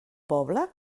poble